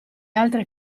altre